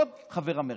לא את חבר המרכז,